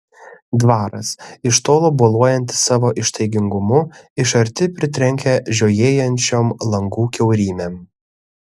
dvaras iš tolo boluojantis savo ištaigingumu iš arti pritrenkia žiojėjančiom langų kiaurymėm